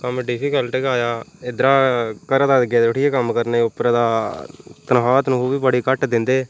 कम्म डिफिकल्ट गै आया ते इद्धरा घरा ते गे उठी कम्म करन ते उप्पर दा तनखाह् तनखूह् बी बड़ी घट्ट दिंदे